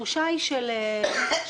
התחושה היא של ספיירים.